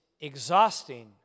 exhausting